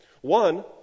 One